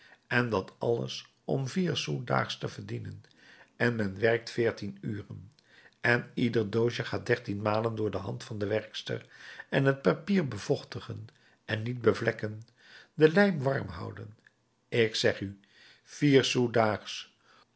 en dat alles om vier sous daags te verdienen en men werkt veertien uren en ieder doosje gaat dertien malen door de hand der werkster en het papier bevochtigen en niets bevlekken de lijm warm houden ik zeg u vier sous daags